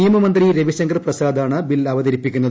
നിയമ മന്ത്രി രവിശങ്കർ പ്രസാദാണ് ബിൽ അവതരിപ്പിക്കുന്നത്